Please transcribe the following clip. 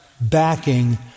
backing